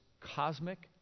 cosmic